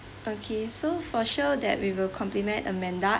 okay so for sure that we will compliment amanda